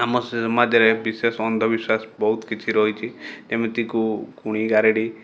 ଆମ ସମାଜରେ ବିଶେଷ ଅନ୍ଧ ବିଶ୍ୱାସ ବହୁତ କିଛି ରହିଛି ଏମିତିକୁ ଗୁଣି ଗାରେଡ଼ି